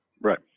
Right